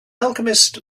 alchemist